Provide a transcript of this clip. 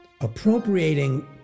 appropriating